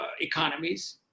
economies